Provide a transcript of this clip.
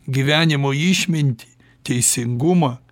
gyvenimo išmintį teisingumą